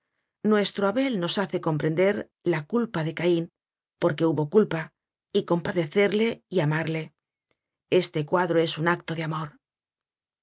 nuestro abel nos hace comprender la culpa de caín porque hubo culpa y com padecerle y amarle este cuadro es un acto de amor